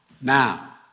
now